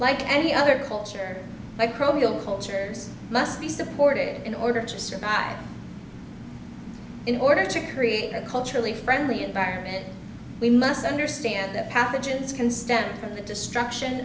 like any other culture microbial cultures must be supported in order to survive in order to create a culturally friendly environment we must understand that pathogens can stem from the destruction